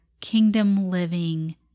kingdom-living